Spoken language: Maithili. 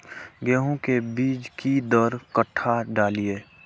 गेंहू के बीज कि दर कट्ठा डालिए?